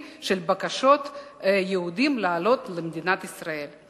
של בקשות יהודים לעלות למדינת ישראל.